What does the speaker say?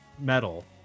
metal